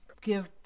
give